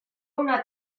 una